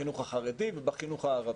בחינוך החרדי ובחינוך הערבי.